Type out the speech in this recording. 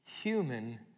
human